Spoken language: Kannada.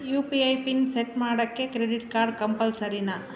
you P I PIN set ಮಾಡೋಕ್ಕೆ ಕ್ರೆಡಿಟ್ ಕಾರ್ಡ್ ಕಂಪಲ್ಸರಿನಾ